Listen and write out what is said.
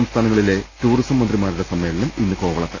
സംസ്ഥാനങ്ങളിലെ ടൂറിസം മന്ത്രിമാരുടെ സമ്മേളനം ഇന്ന് കോവ ളത്ത്